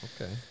Okay